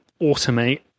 automate